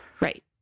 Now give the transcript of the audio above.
Right